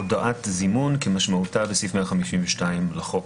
הודעת זימון כמשמעותה בסעיף 152 לחוק.